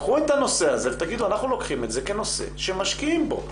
קחו את הנושא הזה ותגידו אנחנו לוקחים את זה כנושא שמשקיעים בו.